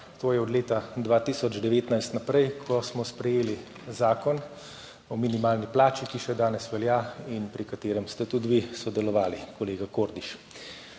to je od leta 2019 naprej, ko smo sprejeli Zakon o minimalni plači, ki še danes velja in pri katerem ste tudi vi sodelovali, kolega Kordiš.